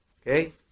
Okay